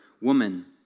Woman